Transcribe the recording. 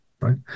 right